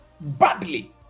badly